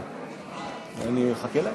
שאני אחכה להם?